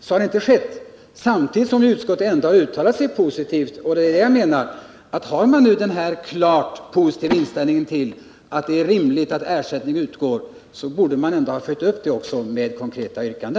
Så har inte skett, samtidigt som utskottet ändå har uttalat sig positivt. Har utskottet denna klart positiva inställning att det är rimligt att ersättning utgår, borde utskottet ha följt upp det med ett konkret yrkande.